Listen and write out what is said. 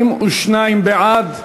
42 בעד,